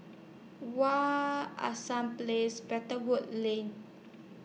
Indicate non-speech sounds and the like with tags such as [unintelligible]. [unintelligible] Hassan Place Better Wood Lane